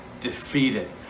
defeated